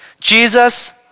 Jesus